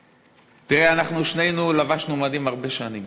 תראה, אנחנו שנינו לבשנו מדים הרבה שנים.